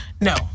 No